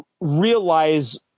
realize